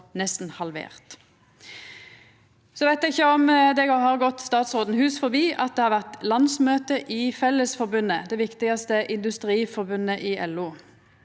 Eg veit ikkje om det har gått statsråden hus forbi at det har vore landsmøte i Fellesforbundet, som er det viktigaste industriforbundet i LO.